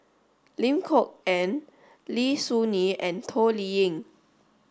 Lim Kok Ann Lim Soo Ngee and Toh Liying